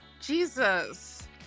Jesus